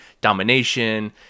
domination